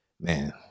Man